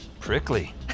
Prickly